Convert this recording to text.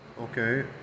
okay